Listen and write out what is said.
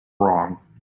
wrong